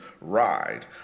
ride